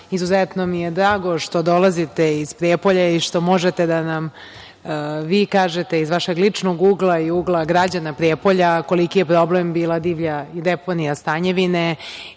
izuzetno mi je drago što dolazite iz Prijepolja i što možete da nam vi kažete iz vašeg ličnog ugla i ugla građana Prijepolja koliki je problem bila divlja deponija „Stanjevine“